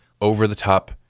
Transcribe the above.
over-the-top